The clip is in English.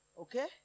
Okay